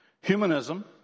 humanism